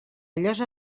llosa